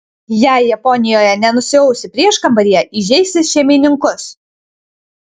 jei japonijoje nenusiausi prieškambaryje įžeisi šeimininkus